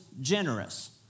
generous